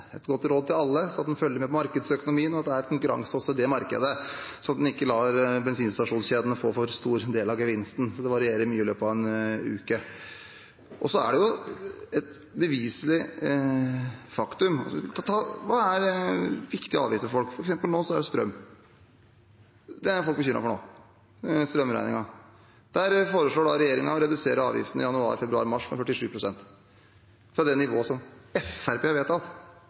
følger med på markedsøkonomien, og at det er konkurranse også i det markedet, så en ikke lar bensinstasjonskjedene få for stor del av gevinsten. For det varierer mye i løpet av en uke. Og så til et beviselig faktum. Hva er viktige avgifter for folk? Nå er det f.eks. strøm. Det er folk bekymret for nå – strømregningen. Der foreslår regjeringen å redusere avgiftene i januar, februar og mars med 47 pst. – fra det nivået som Fremskrittspartiet har vedtatt.